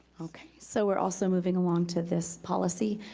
okay, so we're also moving along to this policy.